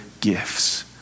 gifts